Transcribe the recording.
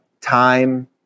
time